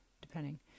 depending